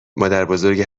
مادربزرگ